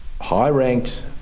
high-ranked